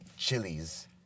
Chilies